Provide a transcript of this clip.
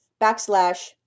backslash